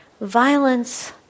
Violence